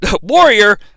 Warrior